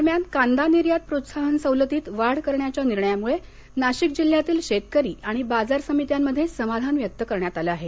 दरम्यान कांदा निर्यात प्रोत्साहन सवलतीत वाढ करण्याच्या निर्णयामुळे नाशिक जिल्ह्यातील शेतकरी आणि बाजार समित्यांमध्ये समाधान व्यक्त करण्यात आलं आहे